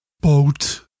boat